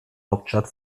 hauptstadt